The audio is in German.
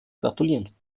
gratulieren